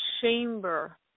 chamber